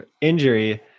injury